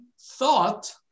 thought